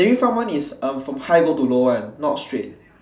dairy farm one is uh from high go to low one not straight